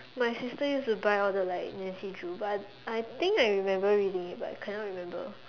my sister used to buy all the like Nancy drew but I think I remember reading it but I cannot remember